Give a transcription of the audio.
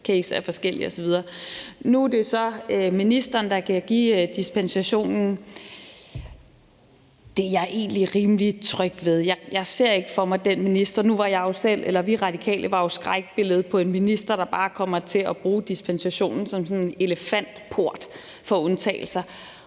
Nu er det så ministeren, der kan give dispensationen. Det er jeg egentlig rimelig tryg ved. Nu var Radikale jo skræmmebilledet i forhold til en minister, der bare kommer til at bruge dispensationen som sådan en elefantport for undtagelser,